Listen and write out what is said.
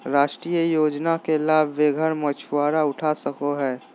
राष्ट्रीय योजना के लाभ बेघर मछुवारा उठा सकले हें